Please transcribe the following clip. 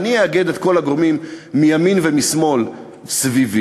אני אאגד את כל הגורמים מימין ומשמאל סביבי